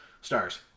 stars